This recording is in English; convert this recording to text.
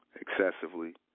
excessively